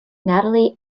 natalie